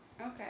Okay